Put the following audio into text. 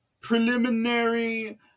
preliminary